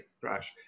crash